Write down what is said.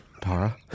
Tara